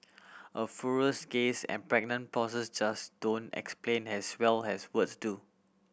a furrows gaze and pregnant pauses just don't explain as well as words do